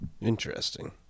Interesting